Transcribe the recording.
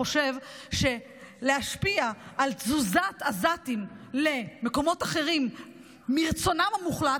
חושב שלהשפיע על תזוזת עזתים למקומות אחרים מרצונם המוחלט,